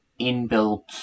inbuilt